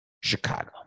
Chicago